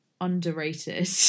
underrated